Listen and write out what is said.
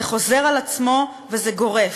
זה חוזר על עצמו וזה גורף.